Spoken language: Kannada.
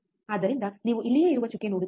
ಆದ್ದರಿಂದ ನೀವು ಇಲ್ಲಿಯೇ ಇರುವ ಚುಕ್ಕೆ ನೋಡುತ್ತೀರಿ